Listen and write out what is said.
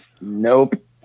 Nope